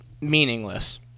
meaningless